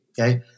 okay